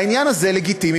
בעניין הזה לגיטימי,